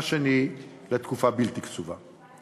והשני לתקופה בלתי קצובה.